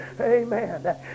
Amen